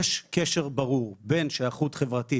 יש קשר ברור בין שייכות חברתית,